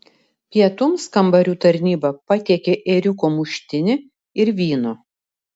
pietums kambarių tarnyba patiekė ėriuko muštinį ir vyno